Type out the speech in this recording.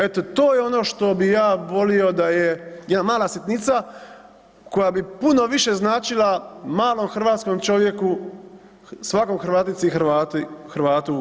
Eto to je ono što bi ja volio da je, jedna mala sitnica koja bi puno više značila malom hrvatskom čovjeku, svakoj Hrvatici i Hrvatu u RH.